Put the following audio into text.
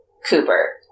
Cooper